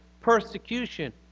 persecution